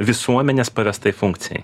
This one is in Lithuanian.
visuomenės pavestai funkcijai